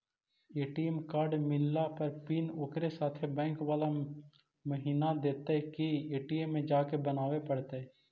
ATM card मिलला पर PIN ओकरे साथे बैक बाला महिना देतै कि ए.टी.एम में जाके बना बे पड़तै?